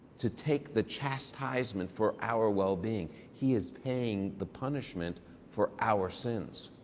to take the chastisement for our well-being. he is paying the punishment for our sins.